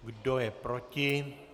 Kdo je proti?